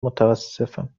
متاسفم